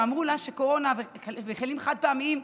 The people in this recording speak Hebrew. ואמרו לה שקורונה וכלים חד-פעמיים,